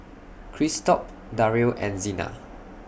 Christop Dario and Xena